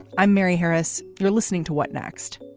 i'm mary harris. you're listening to what next.